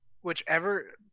whichever